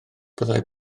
byddai